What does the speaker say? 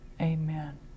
Amen